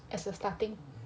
as a starting